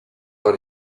dans